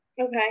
okay